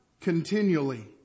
continually